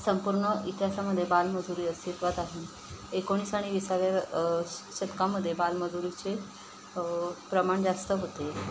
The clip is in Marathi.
संपूर्ण इतिहासामध्ये बालमजुरी अस्तित्वात आहे एकोणीस आणि विसाव्या शतकामध्ये बालमजुरीचे प्रमाण जास्त होते